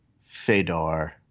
Fedor